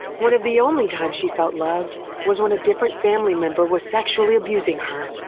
one of the only times she felt loved was when a different family member was sexually abusing her.